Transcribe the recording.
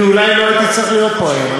כי אולי לא הייתי צריך להיות פה היום,